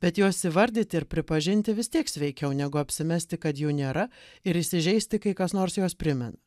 bet jos įvardyti ir pripažinti vis tiek sveikiau negu apsimesti kad jų nėra ir įsižeisti kai kas nors jos primena